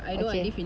okay